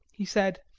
he said,